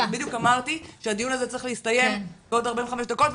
בדיוק אמרתי שהדיון הזה צריך להסתיים בעוד ארבעים וחמש דקות,